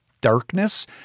darkness